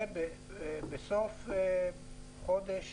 ובסוף חודש